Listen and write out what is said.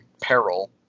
peril